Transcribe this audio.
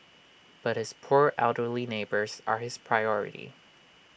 but his poor elderly neighbours are his priority